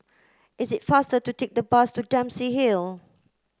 it's faster to take the bus to Dempsey Hill